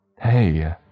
Hey